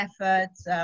efforts